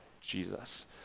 Jesus